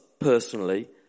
Personally